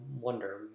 wonder